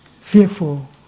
fearful